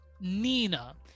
Nina